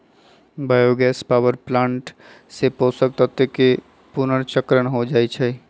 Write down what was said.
bio gas power plant से पोषक तत्वके पुनर्चक्रण हो जाइ छइ